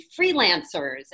freelancers